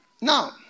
Now